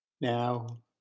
Now